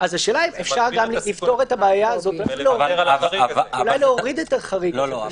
אפשר לפתור את הבעיה הזאת ואולי להוריד את החריג הזה.